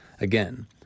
Again